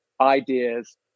ideas